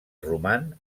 roman